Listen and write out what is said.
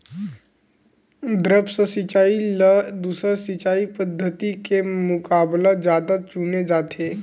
द्रप्स सिंचाई ला दूसर सिंचाई पद्धिति के मुकाबला जादा चुने जाथे